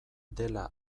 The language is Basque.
dela